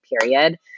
period